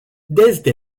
desde